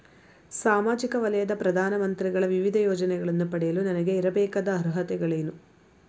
ಸಾಮಾಜಿಕ ವಲಯದ ಪ್ರಧಾನ ಮಂತ್ರಿಗಳ ವಿವಿಧ ಯೋಜನೆಗಳನ್ನು ಪಡೆಯಲು ನನಗೆ ಇರಬೇಕಾದ ಅರ್ಹತೆಗಳೇನು?